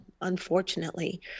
unfortunately